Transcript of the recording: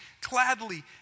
gladly